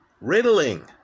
riddling